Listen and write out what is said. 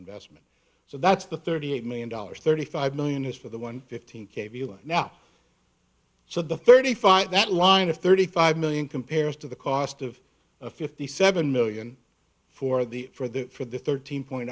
investment so that's the thirty eight million dollars thirty five million is for the one fifteen k viewing now so the thirty five that line of thirty five million compares to the cost of a fifty seven million for the for the for the thirteen point